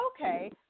Okay